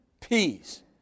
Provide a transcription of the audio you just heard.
peace